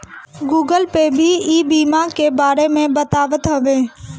Google Pay भी ई बीमा के बारे में बतावत हवे